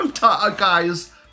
Guys